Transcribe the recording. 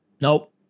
Nope